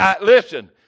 Listen